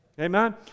Amen